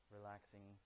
Relaxing